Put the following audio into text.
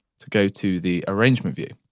to go to the arrangement view.